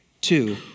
Two